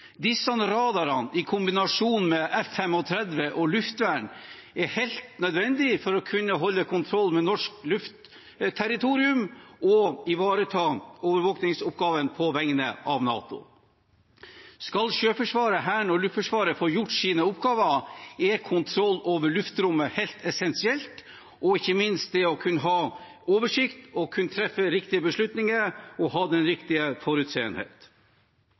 Disse radarene i kombinasjon med F-35 og luftvern er helt nødvendige for å kunne holde kontroll med norsk luftterritorium og ivareta overvåkningsoppgaven på vegne av NATO. Skal Sjøforsvaret, Hæren og Luftforsvaret få gjort sine oppgaver, er kontroll over luftrommet helt essensielt – ikke minst det å kunne ha oversikt, kunne treffe riktige beslutninger og ha den riktige forutseenhet.